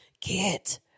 Get